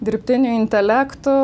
dirbtiniu intelektu